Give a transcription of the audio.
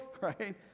right